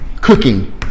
cooking